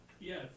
Yes